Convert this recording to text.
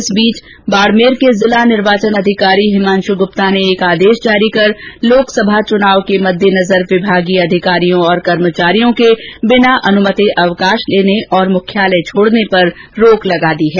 इस बीच बाड़मेर के जिला निर्वाचन अधिकारी हिमांशु गुप्ता ने एक आदेश जारी कर लोकसभा चुनाव के मददेनजर विभागीय अधिकारियों और कर्मचारियों के बिना अनुमति अवकाश लेने और मुख्यालय छोड़ने पर रोक लगा दी है